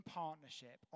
partnership